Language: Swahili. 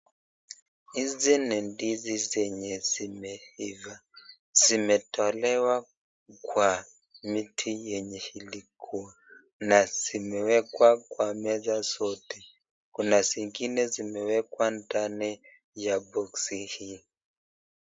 Hizi ni ndizi zenye zimeiva, zimetolewa kwa miti yenye ilikua na zimewekwa kwa meza zote kuna zingine zimewekwa ndani ya boxi hii.